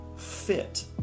fit